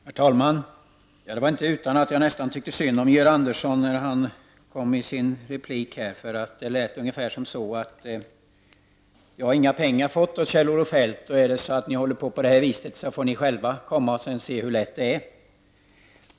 Herr talman! Det var inte utan att jag nästan tyckte synd om Georg Andersson när han kom med sitt senaste inlägg. Det lät ungefär som om han ville säga: Jag har inga pengar fått av Kjell-Olof Feldt, och är det så att ni håller på det här viset så får ni själva komma och se hur lätt det är.